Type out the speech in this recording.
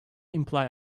imply